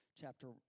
chapter